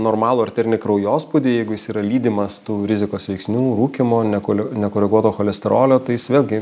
normalų arterinį kraujospūdį jeigu jis yra lydimas tų rizikos veiksnių rūkymo nekolio nekoreguoto cholesterolio tai jis vėlgi